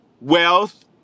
wealth